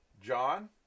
John